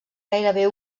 gairebé